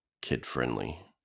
kid-friendly